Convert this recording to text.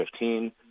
2015